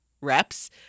reps